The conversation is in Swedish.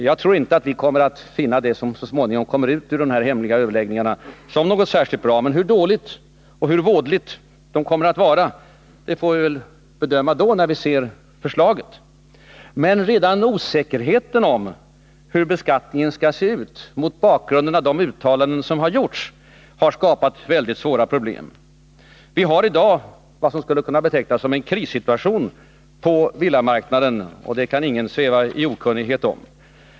Jag tror inte att vi kommer att finna det som så småningom kommer ut av dessa hemliga överläggningar vara något särskilt bra. Men hur dåligt och vådligt det kommer att vara får vi bedöma när vi ser förslaget. Men redan osäkerheten på grund av de uttalanden som gjorts om hur beskattningen skall se ut har skapat väldigt svåra problem. Vi har i dag något som skulle kunna betecknas som en krissituation på villamarknaden. Det kan ingen sväva i okunnighet om.